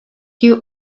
you